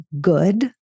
good